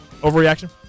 Overreaction